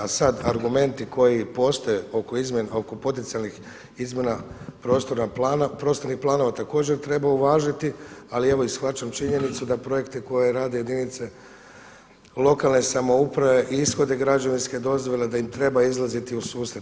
A sada argumenti koji postoje oko izmjena, oko potencijalnih izmjena prostornog plana, prostornih planova također treba uvažiti ali evo i shvaćam i činjenicu da projekte koje rade jedinice lokalne samouprave ishode građevinske dozvole, da im treba izlaziti u susret.